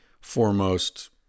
foremost